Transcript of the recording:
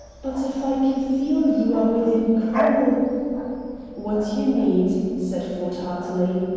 but if i can feel you are within call what you need, said ford heartily,